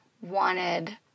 wanted